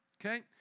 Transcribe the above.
okay